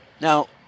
Now